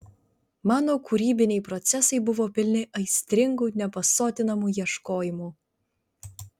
mano kūrybiniai procesai buvo pilni aistringų nepasotinamų ieškojimų